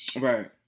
Right